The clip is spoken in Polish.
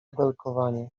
belkowanie